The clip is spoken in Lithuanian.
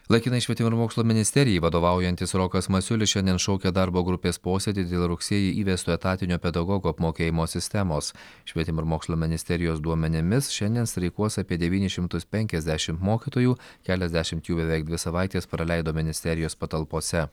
laikinai švietimo ir mokslo ministerijai vadovaujantis rokas masiulis šiandien šaukia darbo grupės posėdį dėl rugsėjį įvesto etatinio pedagogų apmokėjimo sistemos švietimo ir mokslo ministerijos duomenimis šiandien streikuos apie devynis šimtus penkiasdešimt mokytojų keliasdešimt jų beveik dvi savaites praleido ministerijos patalpose